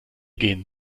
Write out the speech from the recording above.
gehen